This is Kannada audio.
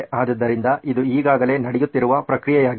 ಆದ್ದರಿಂದ ಇದು ಈಗಾಗಲೇ ನಡೆಯುತ್ತಿರುವ ಪ್ರಕ್ರಿಯೆಯಾಗಿದೆ